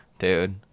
Dude